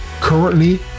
currently